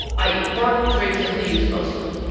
i eat bark, twigs and leaves mostly,